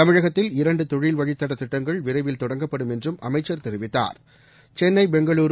தமிழகத்தில் இரண்டு தொழில் வழித்தடதிட்டங்கள் விரைவில் தொடங்கப்படும் என்றும் அமைச்சர் தெரிவித்தார் சென்னை பெங்களுரு